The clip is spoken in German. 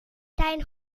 dein